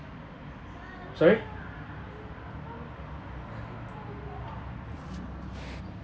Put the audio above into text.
sorry